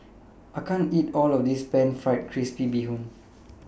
I can't eat All of This Pan Fried Crispy Bee Hoon